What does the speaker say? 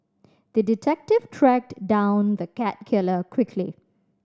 the detective tracked down the cat killer quickly